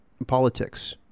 politics